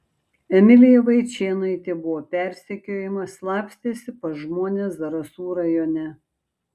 emilija vaičėnaitė buvo persekiojama slapstėsi pas žmones zarasų rajone